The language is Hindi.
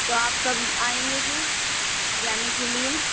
तो आप कब आएंगे फिर जाने के लिए